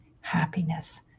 happiness